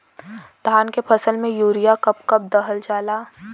धान के फसल में यूरिया कब कब दहल जाला?